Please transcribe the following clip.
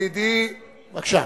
בבקשה.